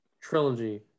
trilogy